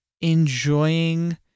enjoying